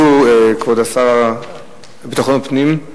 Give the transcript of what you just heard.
כבוד השר לביטחון פנים?